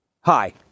Hi